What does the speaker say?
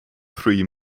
three